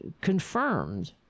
confirmed